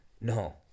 No